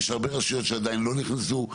יש הרבה רשויות שעדיין לא נכנסו.